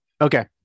okay